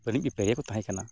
ᱵᱟᱹᱱᱤᱡ ᱵᱮᱯᱟᱨᱤᱭᱟᱹ ᱠᱚ ᱛᱟᱦᱮᱸ ᱠᱟᱱᱟ